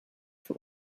für